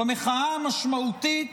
במחאה המשמעותית